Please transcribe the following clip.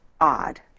odd